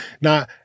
Now